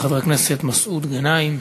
חבר הכנסת מסעוד גנאים,